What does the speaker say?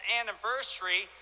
anniversary